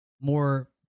more